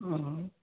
ആ